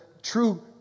true